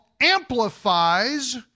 amplifies